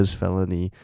felony